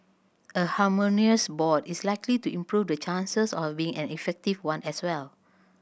a harmonious board is likely to improve the chances of it being an effective one as well